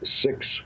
six